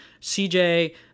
CJ